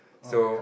so